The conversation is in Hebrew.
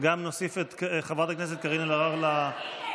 להעביר את הצעת חוק העונשין (תיקון,